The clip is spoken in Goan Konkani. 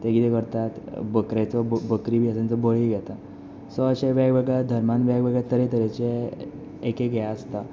ते कितें करतात बकऱ्याचो बकरी इदाक बकऱ्याचो बळी घेतात सो अशे वेगवेगळ्या धर्मान अशे वेगवेगळे तरेचे एक एक हें आसता